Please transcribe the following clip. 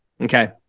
Okay